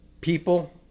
people